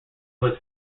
was